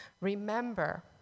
Remember